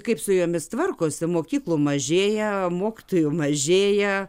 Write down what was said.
kaip su jomis tvarkosi mokyklų mažėja mokytojų mažėja